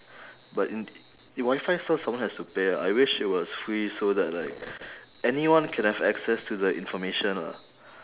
but in i~ wi-fi still someone has to pay lah I wish it was free so that like anyone can have access to the information lah